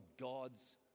God's